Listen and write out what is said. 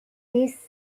this